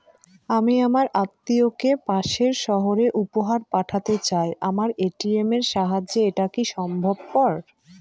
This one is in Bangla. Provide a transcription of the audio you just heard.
আমি আমার আত্মিয়কে পাশের সহরে উপহার পাঠাতে চাই আমার এ.টি.এম এর সাহায্যে এটাকি সম্ভবপর?